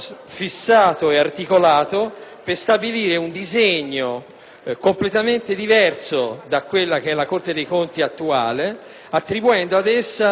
completamente diverso rispetto a quella che è la Corte dei conti attuale, attribuendo ad essa ruoli e compiti inusitati e completamente diversi.